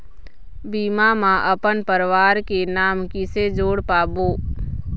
बीमा म अपन परवार के नाम किसे जोड़ पाबो?